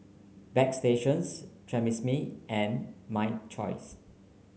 Bagstationz Tresemme and My Choice